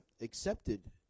accepted